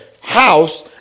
house